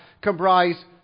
comprise